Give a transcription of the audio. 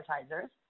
advertisers